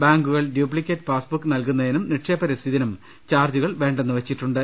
ബാങ്കുകൾ duplicate passbook നൽകുന്നതിനും നിക്ഷേപ രസീതിനും ചാർജ്ജുകൾ വേണ്ടെന്നു വെച്ചിട്ടുണ്ട്